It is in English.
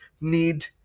need